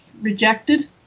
rejected